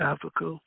Africa